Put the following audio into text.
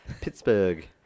Pittsburgh